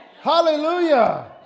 Hallelujah